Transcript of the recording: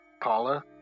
Paula